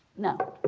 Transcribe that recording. now